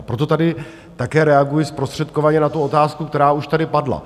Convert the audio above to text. Proto tady také reaguji zprostředkovaně na tu otázku, která už tady padla.